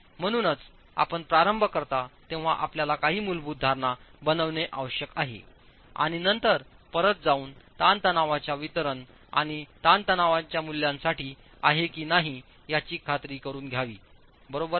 म्हणूनच आपण प्रारंभ करता तेव्हा आपल्याला काही मूलभूत धारणा बनविणे आवश्यक आहे आणि नंतर परत जाऊन ताणतणावांच्या वितरण आणि ताणतणावांच्या मूल्यांसाठी आहे की नाही याची खात्री करुन घ्यावी बरोबर आहे